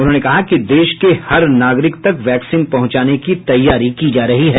उन्होंने कहा कि देश के हर नागरिक का वैक्सिन पहुंचाने के तैयारी की जा रही है